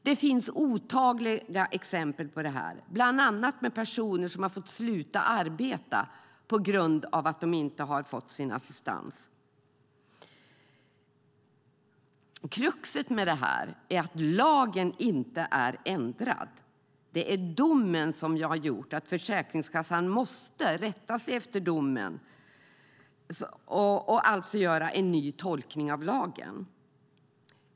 Det finns otaliga exempel på detta, bland annat med personer som har fått sluta arbeta på grund av att de inte har fått sin assistans. Kruxet med detta är att lagen inte är ändrad, utan det är domen som har gjort att Försäkringskassan måste rätta sig efter domen och alltså göra en ny tolkning av lagen.